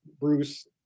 Bruce